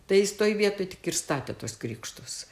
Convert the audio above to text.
tai jis toj vietoj tik ir statė tuos krikštus